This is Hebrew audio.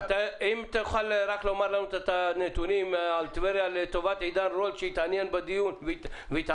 רק תוכל להגיד לנו את הנתונים על טבריה לטובת עידן רול שהתעניין והתעמק.